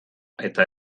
eta